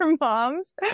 moms